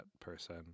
person